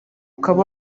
ukaba